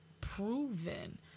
proven